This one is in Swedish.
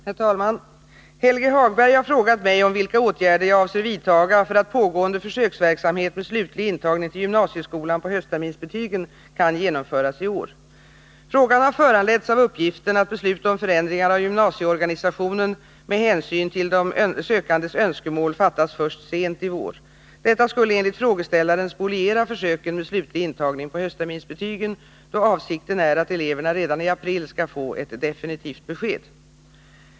Herr talman! Helge Hagberg har frågat mig vilka åtgärder jag avser vidtaga för att pågående försöksverksamhet med slutlig intagning till gymnasieskolan på höstterminsbetygen skall kunna genomföras i år. Frågan har föranletts av uppgiften att beslut om förändringar av gymnasieorganisationen med hänsyn till de sökandes önskemål fattas först sent i vår. Detta skulle enligt frågeställaren spoliera försöken med slutlig intagning på höstterminsbetygen, då avsikten är att eleverna redan i april skall få ett definitivt besked.